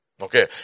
Okay